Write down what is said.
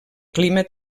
clima